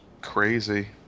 crazy